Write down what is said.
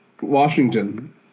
Washington